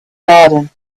garden